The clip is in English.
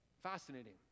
Fascinating